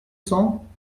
cents